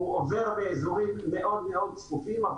הוא עובר באזורים מאוד מאוד צפופים אבל